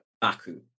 baku